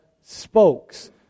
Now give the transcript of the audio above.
spokes